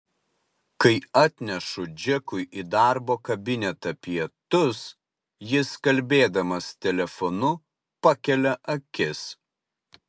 kai atnešu džekui į darbo kabinetą pietus jis kalbėdamas telefonu pakelia akis